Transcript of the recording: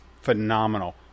phenomenal